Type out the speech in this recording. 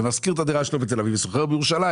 הוא משכיר את הדירה שלו בתל אביב ושוכר בירושלים.